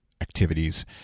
activities